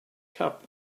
cup